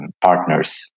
partners